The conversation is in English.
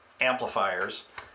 amplifiers